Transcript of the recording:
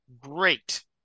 great